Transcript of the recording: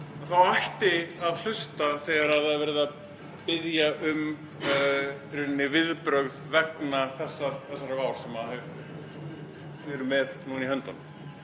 þá ætti að hlusta þegar það er verið að biðja um viðbrögð vegna þessarar vár sem við erum með núna í höndunum.